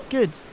Good